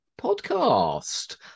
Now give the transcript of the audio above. podcast